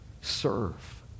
serve